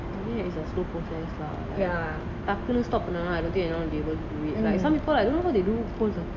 I mean it's a slow process lah like டக்குனு:takkunu stop பண்ணனும்னா:pannanumna I don't think anyone will be able to do it like some people I don't know how they do cold turkey